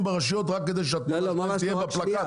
ברשויות רק כדי שהתמונה תהיה בפלקט,